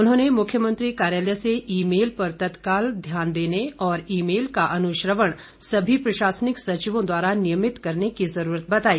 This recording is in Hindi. उन्होंने मुख्यमंत्री कार्यालय से ई मेल पर तत्काल ध्यान देने ओर ई मेल का अनुश्रवण सभी प्रशासनिक सचिवों द्वारा नियमित करने की जरूरत बताई